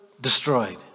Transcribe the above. Destroyed